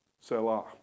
Selah